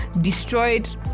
destroyed